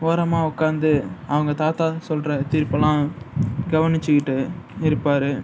ஓரமாக உக்காந்து அவங்க தாத்தா சொல்லுற தீர்ப்பெல்லாம் கவனிச்சிக்கிட்டு இருப்பார்